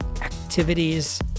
activities